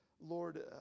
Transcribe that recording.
Lord